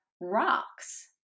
rocks